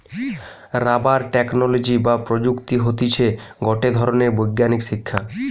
rubber technology বা প্রযুক্তি হতিছে গটে ধরণের বৈজ্ঞানিক শিক্ষা